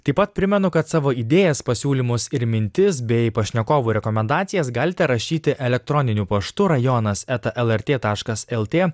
taip pat primenu kad savo idėjas pasiūlymus ir mintis bei pašnekovų rekomendacijas galite rašyti elektroniniu paštu rajonas eta ltr taškas lt